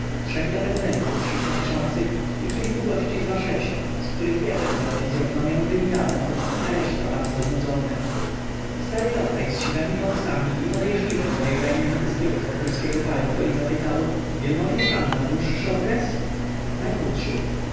trzech depedentów szybko piszących i kilku gości z waszecia z których jeden miał fizyognomią kryminalną a reszta bardzo znudzone stary lokaj z siwemi wąsami i podejrzliwem wejrzeniem zdjął z wokulskiego palto i zapytał wielmożny pan na dłuższy interes na krótszy